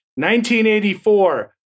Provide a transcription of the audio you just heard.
1984